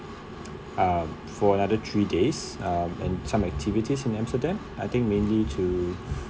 um for another three days um and some activities in amsterdam I think mainly to